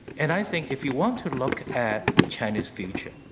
and i think, if you want to look at china's future